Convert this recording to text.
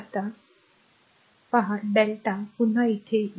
आता पहा Δ पुन्हा इथे या